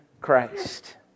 Christ